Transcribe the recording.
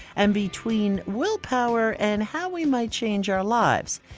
and between willpower and how we might change our lives.